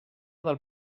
del